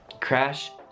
Crash